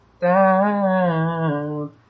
down